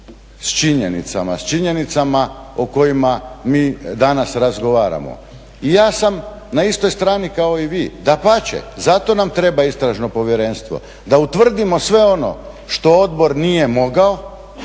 s činjenicama, s činjenicama o kojima mi danas razgovaramo. Ja sam na istoj strani kao i vi, dapače, zato nam treba istražno povjerenstvo, da utvrdimo sve ono što odbor nije mogao